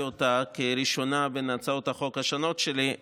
אותה כראשונה בין הצעות החוק השונות שלי,